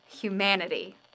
humanity